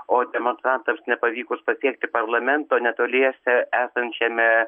o demonstrantams nepavykus pasiekti parlamento netoliese esančiame